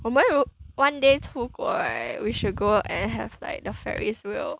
我们如 one day 出国 right we should go and have like the ferris wheel